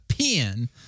pen